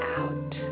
out